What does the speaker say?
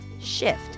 shift